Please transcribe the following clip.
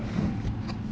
um but I think